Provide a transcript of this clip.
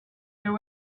there